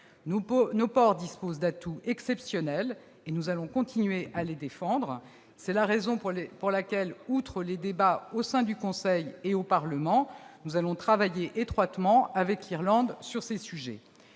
Nos ports disposent d'atouts exceptionnels, et nous allons continuer à les défendre. C'est la raison pour laquelle, outre les débats au sein du Conseil et au Parlement, nous allons travailler étroitement avec l'Irlande sur ces sujets.